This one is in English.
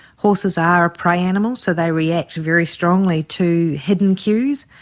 horses are a prey animal, so they react very strongly to hidden cues.